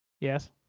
Yes